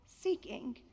Seeking